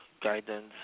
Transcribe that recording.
guidance